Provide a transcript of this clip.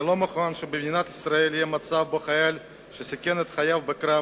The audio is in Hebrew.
אני לא מוכן שבמדינת ישראל יהיה מצב שבו חייל שסיכן את חייו בקרב